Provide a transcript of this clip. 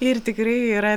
ir tikrai yra